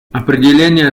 определение